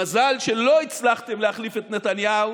מזל שלא הצלחתם להחליף את נתניהו